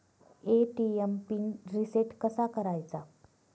ATM pin reset कसा करायचा?